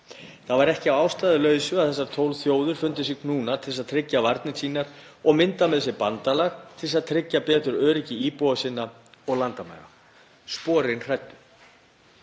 Það var ekki að ástæðulausu að þessar 12 þjóðir fundu sig knúnar til að tryggja varnir sínar og mynda með sér bandalag til að tryggja betur öryggi íbúa sinna og landamæra. Sporin hræddu.